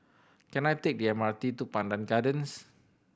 can I take M R T to Pandan Gardens